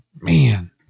Man